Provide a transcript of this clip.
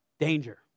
danger